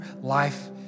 life